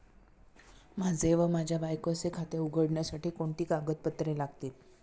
माझे व माझ्या बायकोचे खाते उघडण्यासाठी कोणती कागदपत्रे लागतील?